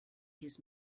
his